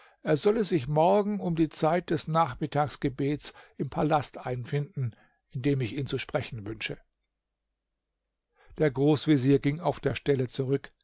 er solle sich morgen um die zeit des nachmittagsgebets im palast einfinden indem ich ihn zu sprechen wünsche der großvezier ging auf der stelle zurück